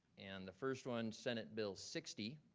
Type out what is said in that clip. and the first one, senate bill sixty,